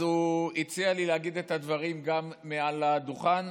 אז הוא הציע לי להגיד את הדברים גם מעל הדוכן,